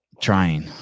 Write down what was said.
Trying